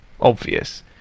obvious